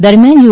દરમ્યાન યુ